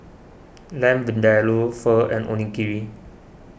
Lamb Vindaloo Pho and Onigiri